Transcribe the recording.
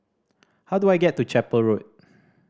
how do I get to Chapel Road